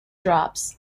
drops